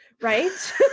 right